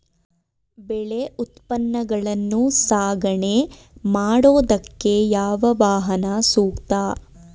ಬೆಳೆ ಉತ್ಪನ್ನಗಳನ್ನು ಸಾಗಣೆ ಮಾಡೋದಕ್ಕೆ ಯಾವ ವಾಹನ ಸೂಕ್ತ?